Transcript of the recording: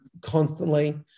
constantly